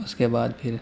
اس کے بعد پھر